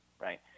right